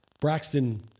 braxton